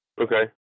Okay